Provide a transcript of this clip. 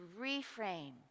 reframe